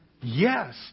Yes